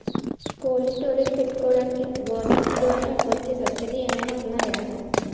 Cold storage పెట్టుకోడానికి government ద్వారా వచ్చే సబ్సిడీ ఏమైనా ఉన్నాయా?